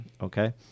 Okay